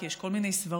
כי יש כל מיני סברות,